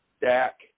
Dak